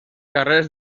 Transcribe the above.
carrers